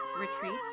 retreats